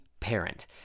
parent